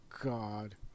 God